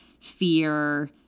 fear